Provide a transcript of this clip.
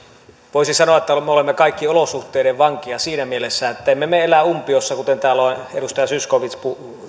voisi sanoa että me olemme kaikki olosuhteiden vankeja siinä mielessä että emme me elä umpiossa kuten täällä on edustaja zyskowicz